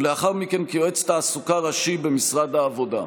ולאחר מכן כיועץ תעסוקה ראשי במשרד העבודה.